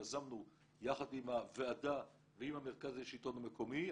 יזמנו יחד עם הוועדה ועם מרכז השלטון המקומי,